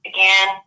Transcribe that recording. Again